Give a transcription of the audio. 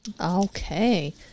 Okay